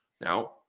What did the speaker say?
Now